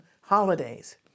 holidays